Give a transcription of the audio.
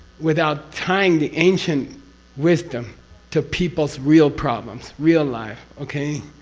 without tying the ancient wisdom to people's real problems, real life. okay?